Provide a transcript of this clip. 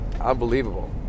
unbelievable